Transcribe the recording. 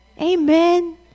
Amen